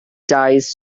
dies